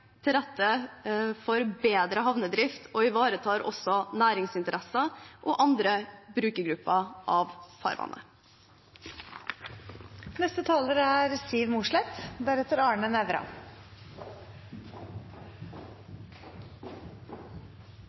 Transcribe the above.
til rette for bedre havnedrift og ivaretar også næringsinteresser og andre brukergrupper av farvannet. Loven om havner og farvann er